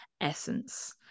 essence